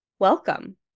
Welcome